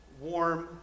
warm